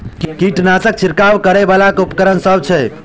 कीटनासक छिरकाब करै वला केँ उपकरण सब छै?